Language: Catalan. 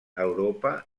europa